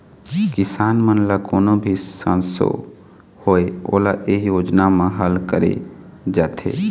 किसान मन ल कोनो भी संसो होए ओला ए योजना म हल करे जाथे